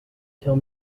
tell